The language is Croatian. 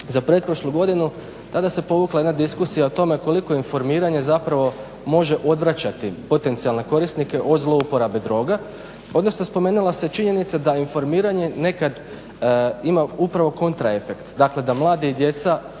za pretprošlu godinu tada se povukla jedna diskusija o tome koliko informiranje zapravo može odvraćati potencijalne korisnike o zlouporabi droga, odnosno spomenula se činjenica da informiranje nekad ima upravo kontra efekt. Dakle, da mladi i djeca